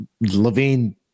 Levine